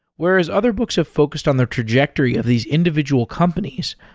whereas other books have focused on the trajectory of these individual companies,